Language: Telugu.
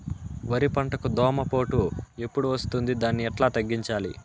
వరి పంటకు దోమపోటు ఎప్పుడు వస్తుంది దాన్ని ఎట్లా తగ్గించాలి?